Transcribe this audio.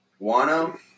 Wano